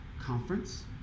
conference